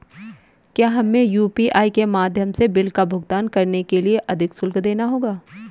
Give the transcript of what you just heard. क्या हमें यू.पी.आई के माध्यम से बिल का भुगतान करने के लिए अधिक शुल्क देना होगा?